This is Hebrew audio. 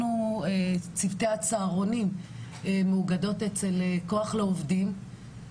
אנחנו צוותי הצהרונים מאוגדות אצל כוח לעובדים.